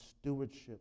stewardship